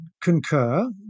concur